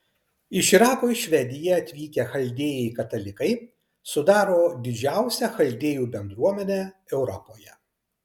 iš irako į švediją atvykę chaldėjai katalikai sudaro didžiausią chaldėjų bendruomenę europoje